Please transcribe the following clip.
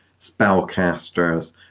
spellcasters